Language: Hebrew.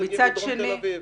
יש גם נציגים מדרום תל אביב.